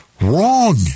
wrong